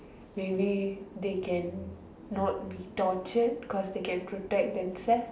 maybe they can not be tortured cause they can protect themselves